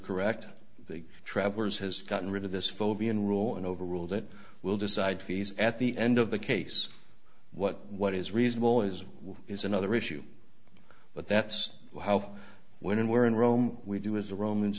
correct the traveller's has gotten rid of this phobia and rule and overruled it will decide fees at the end of the case what what is reasonable is is another issue but that's how when and where in rome we do as the romans